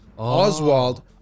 Oswald